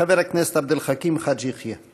חבר הכנסת עבד אל חכים חאג' יחיא.